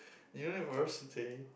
university